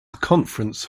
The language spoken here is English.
conference